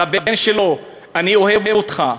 שקשה להם להגיד לבן שלהם: אני אוהב אותך.